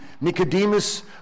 Nicodemus